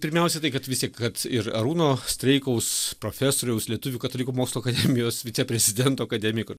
pirmiausia tai kad vis tiek kad ir arūno streikaus profesoriaus lietuvių katalikų mokslo akademijos viceprezidento akademiko